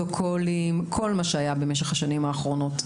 הפרוטוקולים את כל מה שהיה במשך השנים האחרונות,